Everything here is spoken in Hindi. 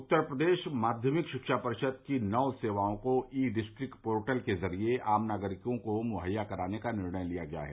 उत्तर प्रदेश माध्यमिक शिक्षा परिषद की नौ सेवाओं को ई डिस्ट्रिक्ट पोर्टल के जरिये आम नागरिकों को महैया कराने का निर्णय लिया गया है